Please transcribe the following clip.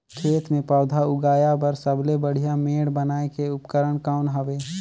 खेत मे पौधा उगाया बर सबले बढ़िया मेड़ बनाय के उपकरण कौन हवे?